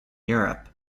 europe